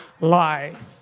life